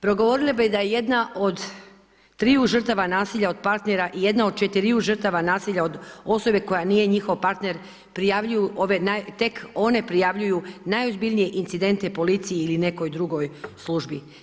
Progovorila bi da je jedna od triju žrtava nasilja od partnera i jedna od četiriju žrtava nasilja od osobe koja nije njihov partner prijavljuju ove, tek one prijavljuju najozbiljnije incidente policiji ili nekoj drugoj službi.